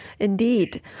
Indeed